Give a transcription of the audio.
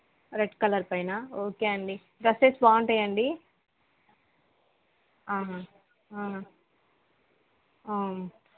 red colour పైన okay అండి dresses బాగుంటాయా అండి అవును